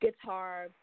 guitar